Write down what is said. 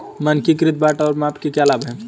मानकीकृत बाट और माप के क्या लाभ हैं?